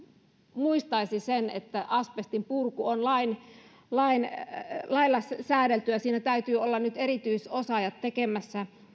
muistaisi sen että asbestin purku on lailla säädeltyä siinä täytyy olla nyt erityisosaajat tekemässä